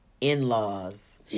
in-laws